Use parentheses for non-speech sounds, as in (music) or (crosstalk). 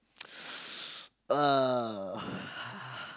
(noise) uh (breath)